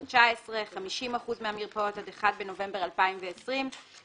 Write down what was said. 2019. 50% מהמרפאות עד 1 בנובמבר 2020 ו-100%